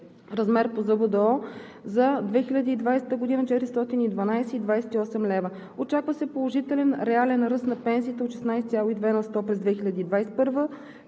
размер по ЗБДОО за 2020 г. – 412,28 лв. Очаква се положителен реален ръст на пенсиите от 16,2 на сто през 2021